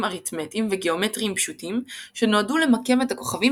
אריתמטיים וגאומטריים פשוטים שנועדו למקם את הכוכבים